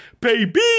Baby